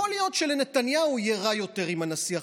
יכול להיות שלנתניהו יהיה רע יותר עם הנשיא החדש,